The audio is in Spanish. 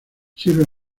sirve